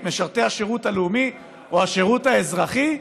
את משרתי השירות הלאומי או השירות האזרחי?